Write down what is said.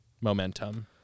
momentum